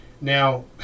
Now